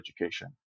education